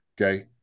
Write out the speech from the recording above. Okay